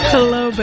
Hello